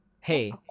Hey